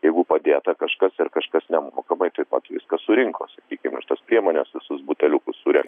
jeigu padėta kažkas ir kažkas nemokamai taip pat viską surinko sakykim ir tas priemonės visus buteliukus surin